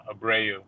Abreu